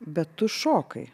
bet tu šokai